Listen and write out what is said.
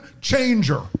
changer